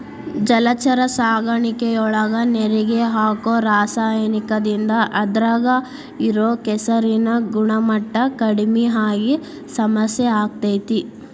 ಜಲಚರ ಸಾಕಾಣಿಕೆಯೊಳಗ ನೇರಿಗೆ ಹಾಕೋ ರಾಸಾಯನಿಕದಿಂದ ಅದ್ರಾಗ ಇರೋ ಕೆಸರಿನ ಗುಣಮಟ್ಟ ಕಡಿಮಿ ಆಗಿ ಸಮಸ್ಯೆ ಆಗ್ತೇತಿ